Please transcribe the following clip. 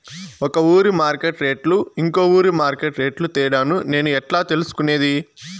ఒక ఊరి మార్కెట్ రేట్లు ఇంకో ఊరి మార్కెట్ రేట్లు తేడాను నేను ఎట్లా తెలుసుకునేది?